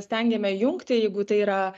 stengiame jungti jeigu tai yra